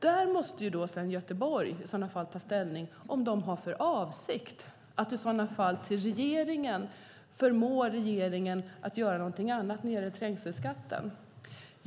Göteborg måste i så fall ta ställning till om man har för avsikt att förmå regeringen att göra någonting annat när det gäller trängselskatten.